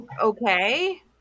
okay